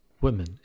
Women